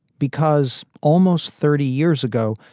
because almost thirty years ago,